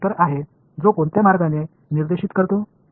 எனவே இந்த வெக்டர் தான் எந்த வழி என்பதை சுட்டிக்காட்டுகின்றது